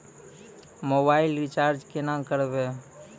Mobile recharge केना करबै?